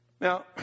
Now